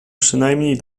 przynajmniej